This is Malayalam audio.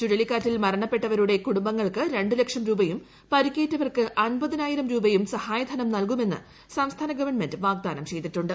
ചുഴലിക്കാറ്റിൽ മരണപ്പെട്ടവരുടെ കുടുംബങ്ങൾക്ക് രണ്ടു ലക്ഷം രൂപയും പരിക്കേറ്റവർക്ക് അൻപതിനായിരം രൂപയും സഹായ ധനം നൽകുമെന്ന് സംസ്ഥാന ഗവൺമെന്റ് വാഗ്ദാനം ചെയ്തിട്ടുണ്ട്